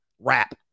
Rap